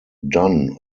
dunn